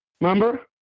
Remember